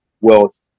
wealth